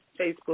Facebook